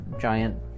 giant